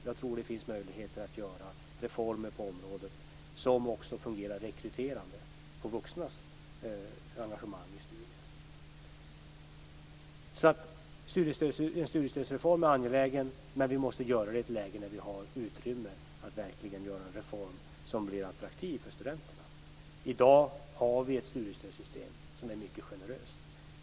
Jag tror att det finns möjligheter att göra reformer på området som också fungerar rekryterande på vuxnas engagemang i studier. En studiestödsreform är alltså angelägen, men den måste tillkomma i ett läge då vi har utrymme att verkligen göra en reform som blir attraktiv för studenterna. I dag har vi ett studiestödssystem som är mycket generöst.